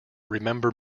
remember